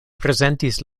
prezentis